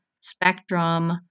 spectrum